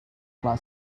hlah